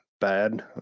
bad